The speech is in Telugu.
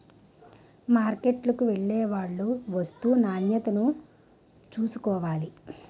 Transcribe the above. మార్కెట్కు వెళ్లేవాళ్లు వస్తూ నాణ్యతను చూసుకోవాలి